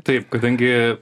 taip kadangi